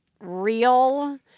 real